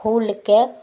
फूलके